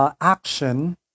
action